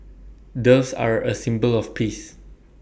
doves are A symbol of peace